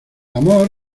amor